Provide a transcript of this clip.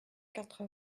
quatre